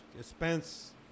Spence